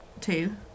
two